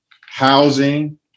housing